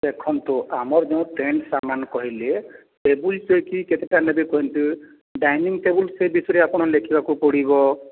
ଦେଖନ୍ତୁ ଆମର ଯେଉଁ ଟେଣ୍ଟ ସାମାନ କହିଲେ ଟେବଲ୍ ଚୌକି କେତେଟା ନେବେ କୁହନ୍ତୁ ଡାଇନିଙ୍ଗ ଟେବଲ୍ ସେ ବିଷୟରେ ଆପଣ ଲେଖିବାକୁ ପଡ଼ିବ